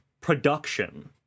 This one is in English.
Production